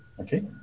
Okay